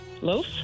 Loaf